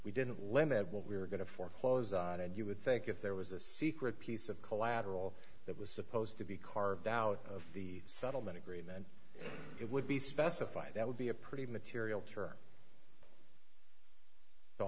we didn't limit what we were going to foreclose on and you would think if there was a secret piece of collateral that was supposed to be carved out of the settlement agreement it would be specified that would be a pretty material term so